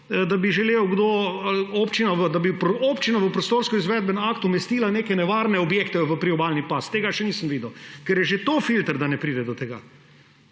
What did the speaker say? da bi občina v prostorski izvedbeni akt umestila neke nevarne objekte v priobalni pas. Tega še nisem videl. Ker je že to filter, da ne pride do tega.